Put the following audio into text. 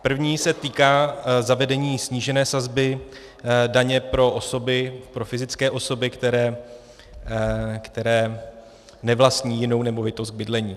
První se týká zavedení snížené sazby daně pro fyzické osoby, které nevlastní jinou nemovitost k bydlení.